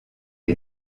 ihr